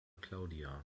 claudia